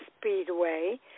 Speedway